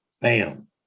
bam